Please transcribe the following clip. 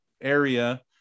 area